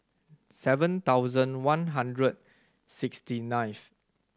seven thousand one hundred sixty ninth